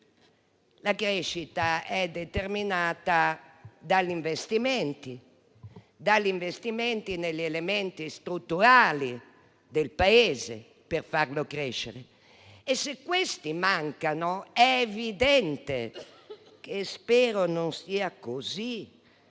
La crescita è determinata dagli investimenti negli elementi strutturali del Paese, per farlo crescere, e se questi mancano, anche se spero non sia così,